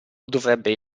dovrebbe